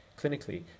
Clinically